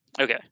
Okay